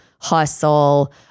hustle